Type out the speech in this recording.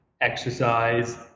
exercise